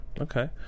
Okay